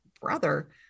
brother